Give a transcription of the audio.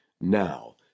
now